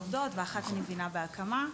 שאחת בהקמה.